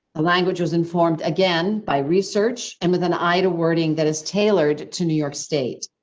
a language was informed again by research and with an eye to wording that is tailored to new york state.